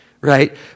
right